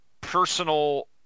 Personal